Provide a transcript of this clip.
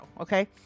okay